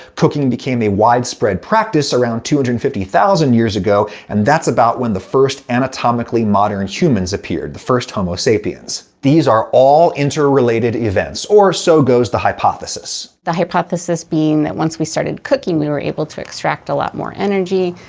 cooking became a widespread practice around two hundred and fifty thousand years ago, and that's about when the first anatomically modern humans appeared the first homo sapiens. these are all interrelated events or, so goes the hypothesis. the hypothesis being that once we started cooking, we were able to extract a lot more energy,